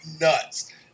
nuts